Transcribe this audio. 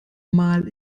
mal